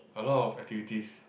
a lot of activities